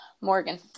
Morgan